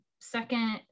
second